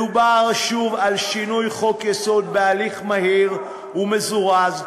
מדובר שוב על שינוי חוק-יסוד בהליך מהיר ומזורז,